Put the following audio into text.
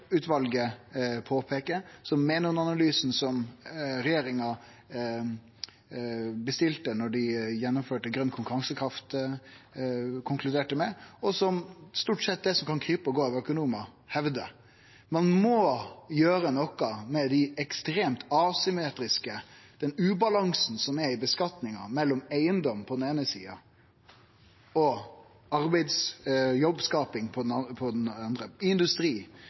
påpeikar, som Menon-analysen, som regjeringa bestilte da dei gjennomførte grøn konkurransekraft, konkluderte med, og som stort sett det som kan krype og gå av økonomar, hevdar. Ein må gjere noko med det ekstremt asymmetriske, den ubalansen som er i skattlegginga, mellom eigedom på den eine sida og jobbskaping på den